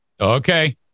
Okay